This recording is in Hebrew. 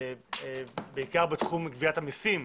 בעיקר בתחום גביית המיסים,